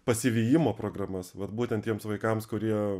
pasivijimo programas vat būtent tiems vaikams kurie